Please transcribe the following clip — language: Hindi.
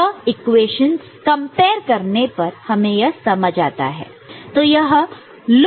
यह इक्वेशनस कंपेयर करने पर हमें यह समझ आता है